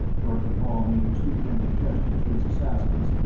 verkan vall made a two-handed gesture to his assassins,